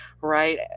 right